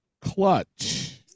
Clutch